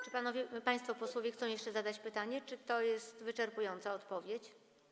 Czy państwo posłowie chcą jeszcze zadać pytanie, czy to jest wyczerpująca odpowiedź?